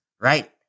right